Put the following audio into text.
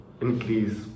increase